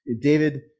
David